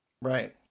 Right